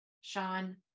Sean